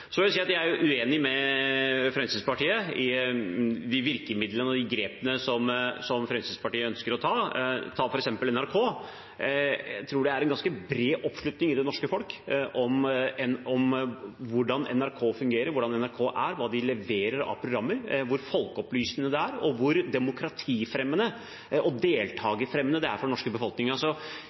Så vil jeg si at jeg er uenig med Fremskrittspartiet i virkemidlene og de grepene som Fremskrittspartiet ønsker å ta. Ta f.eks. NRK: Jeg tror det er en ganske bred oppslutning i det norske folk om hvordan NRK fungerer, hvordan NRK er, hva de leverer av programmer, hvor folkeopplysende det er, og hvor demokratifremmende og deltakerfremmende det er for den norske